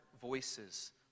voices